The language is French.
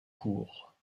cours